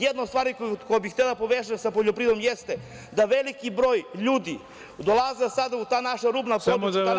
Jednu od stvari koje bih hteo da povežem sa poljoprivredom jeste da veliki broj ljudi dolaze sada u ta naša rudna područja…